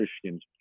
christians